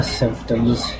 symptoms